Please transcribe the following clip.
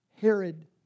Herod